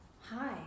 Hi